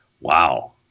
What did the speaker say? Wow